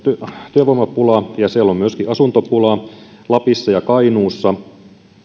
työvoimapula ja siellä on myöskin asuntopula lapissa ja kainuussa